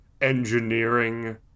engineering